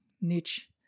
niche